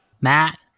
Matt